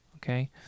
Okay